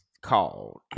called